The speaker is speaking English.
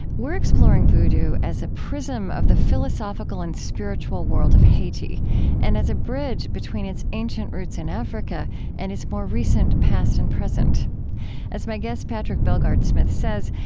we're exploring vodou as a prism of the philosophical and spiritual world of haiti and as a bridge between its ancient roots in africa and its more recent past and present as my guest, patrick bellegarde-smith says,